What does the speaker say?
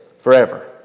forever